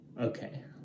Okay